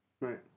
right